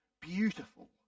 beautiful